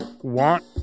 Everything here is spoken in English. want